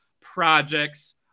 projects